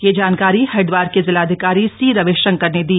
यह जानकारी हरिद्वार के जिलाधिकारी सी रविशंकर ने दी